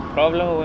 problem